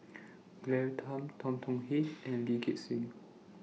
Claire Tham Tan Tong Hye and Lee Gek Seng